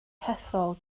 hethol